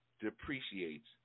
depreciates